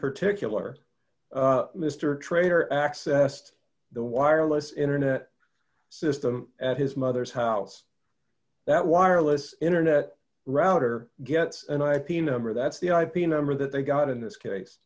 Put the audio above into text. particular mister trader accessed the wireless internet system at his mother's house that wireless internet router gets an ip number that's the ip number that they got in this case